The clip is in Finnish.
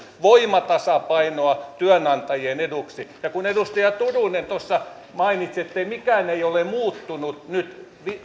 voimatasapainoa työnantajien eduksi kun edustaja turunen tuossa mainitsi että mikään ei ole muuttunut nyt